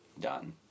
done